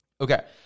Okay